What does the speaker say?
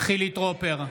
חילי טרופר,